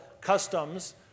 customs